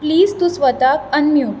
please तूं स्वताक unmute